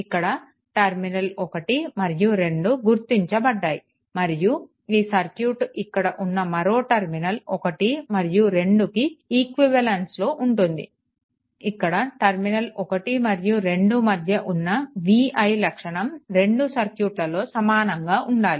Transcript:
ఇక్కడ టర్మినల్ 1 మరియు 2 గుర్తించబడ్డాయి మరియు ఈ సర్క్యూట్ ఇక్కడ ఉన్న మరో టర్మినల్ 1 మరియు 2కి ఈక్వివలెన్స్లో ఉంటుంది ఇక్కడ టర్మినల్ 1 మరియు 2 మధ్య ఉన్న v i లక్షణం రెండు సర్క్యూట్లలో సమానంగా ఉండాలి